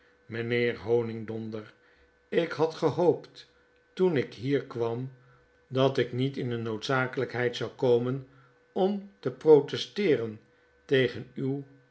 mynheer honigdonder ik had gehoopttoen ik hier kwam datik niet in de noodzakelykheid zou komen om te protesteeren tegen uw